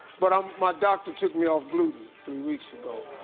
but um my doctor took me off gluten three weeks ago.